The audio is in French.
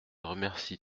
remercie